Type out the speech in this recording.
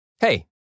Hey